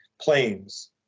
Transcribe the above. planes